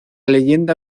leyenda